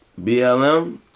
BLM